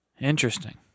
interesting